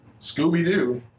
Scooby-Doo